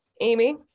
Amy